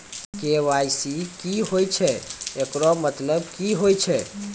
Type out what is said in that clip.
KYC की होय छै, एकरो मतलब की होय छै?